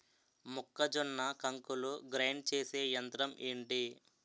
మొక్కజొన్న కంకులు గ్రైండ్ చేసే యంత్రం ఏంటి?